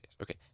Okay